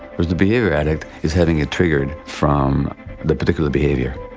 where the behaviour addict is having it triggered from the particular behaviour.